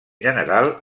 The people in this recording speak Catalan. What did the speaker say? general